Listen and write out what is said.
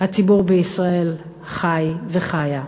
הציבור בישראל חי וחיה,